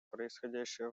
происходящие